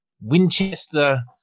Winchester –